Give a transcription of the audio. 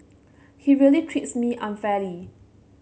he really treats me unfairly